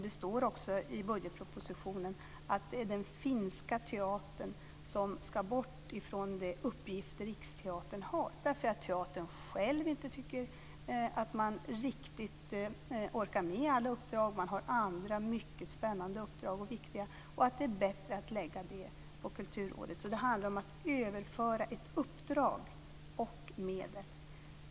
Det står också i budgetpropositionen att det är den finska teatern som ska bort ifrån de uppgifter Riksteatern har därför att teatern själv inte tycker att man riktigt orkar med alla uppdrag - man har andra, mycket spännande och viktiga uppdrag - och att det är bättre att lägga det på Kulturrådet. Så det handlar om att överföra ett uppdrag och medel.